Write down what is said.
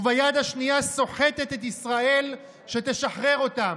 וביד השנייה סוחטת את ישראל שתשחרר אותם.